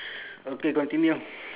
okay continue